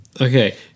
okay